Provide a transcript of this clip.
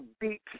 beat